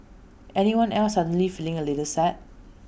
anyone else suddenly feeling A little sad